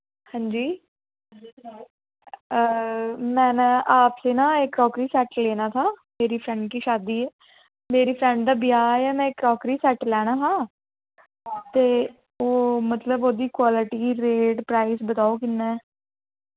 हां जी मैने आपसे ना एक क्राकरी सैट्ट लेना था मेरी फ्रेंड कि शादी ऐ मेरी फ्रेंड दा ब्याह् ऐ में क्राकरी सैट्ट लैना हा ते ओ मतलब ओह्दी क्वालिटी रेट प्राइस बताओ किन्ना ऐ